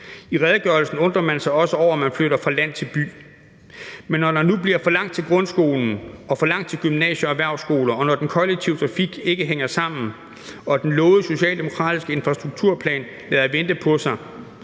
I redegørelsen undrer man sig også over, at man flytter fra land til by, men når nu der bliver for langt til grundskolen og for langt til gymnasierne og erhvervsskolerne, og når den kollektive trafik ikke hænger sammen og den lovede socialdemokratiske infrastrukturplan lader vente på sig,